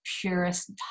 purest